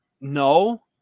No